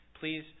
Please